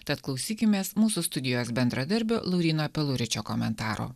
tad klausykimės mūsų studijos bendradarbio lauryno peluričio komentaro